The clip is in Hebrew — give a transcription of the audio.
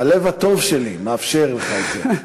הלב הטוב שלי מאפשר לך את זה.